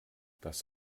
das